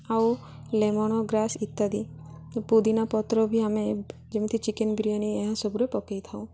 ଆଉ lemon grass ଇତ୍ୟାଦି ପୁଦିନା ପତ୍ର ବି ଆମେ ଯେମିତି ଚିକେନ ବିରିୟାନୀ ଏହାସବୁରେ ପକାଇଥାଉ